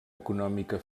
econòmica